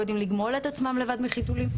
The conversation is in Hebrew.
בטח שלא יודעים לגמול את עצמם לבד מחיתולים.